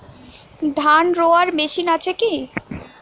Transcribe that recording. ধান রোয়ার মেশিন আছে কি?